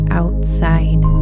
outside